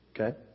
okay